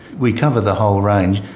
we cover the whole range.